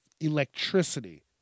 electricity